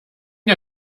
der